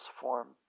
form